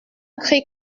cri